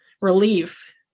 Relief